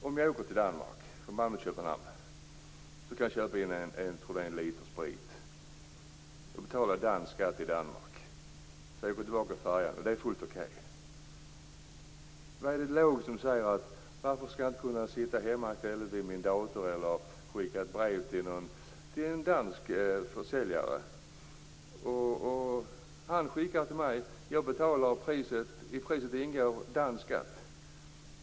Om jag åker till Danmark, från Malmö till Köpenhamn, kan jag köpa en liter sprit och betalar då dansk skatt i Danmark. Sedan åker jag tillbaka med färjan. Det är fullt okej. Varför skall jag då inte i stället kunna sitta hemma och via min dator eller genom att skriva ett brev till en dansk försäljare beställa varor? Han skickar varorna till mig, och jag betalar. I priset ingår då dansk skatt.